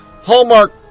Hallmark